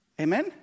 Amen